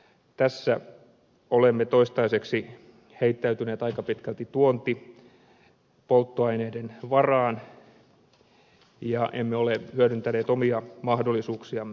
tässä olemme toistaiseksi heittäytyneet aika pitkälti tuontipolttoaineiden varaan emmekä ole hyödyntäneet omia mahdollisuuksiamme